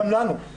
גם לנו,